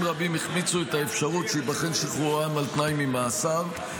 רבים החמיצו את האפשרות שייבחן שחרורם על תנאי ממאסר.